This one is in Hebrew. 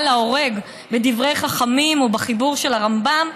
להורג בדברי חכמים ובחיבור של הרמב"ם,